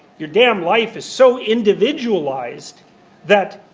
your damn life is so individualised that,